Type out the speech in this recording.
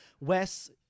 Wes